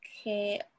Okay